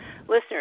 listeners